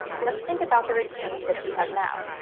let's think about the routines that you have now.